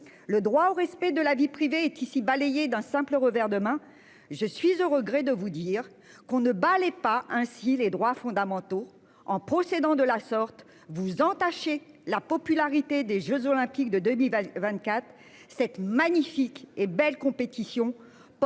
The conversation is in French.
Le droit au respect de la vie privée qui balayé d'un simple revers demain je suis au regret de vous dire qu'on ne balaie pas ainsi les droits fondamentaux en procédant de la sorte vous entaché la popularité des Jeux olympiques de Denis 24 cette magnifique et belle compétition